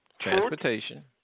transportation